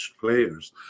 players